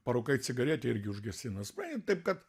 parūkai cigaretę irgi užgesina supranti taip kad